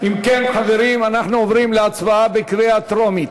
אם כן, חברים, אנחנו עוברים להצבעה בקריאה טרומית,